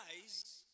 guys